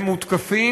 הם מותקפים.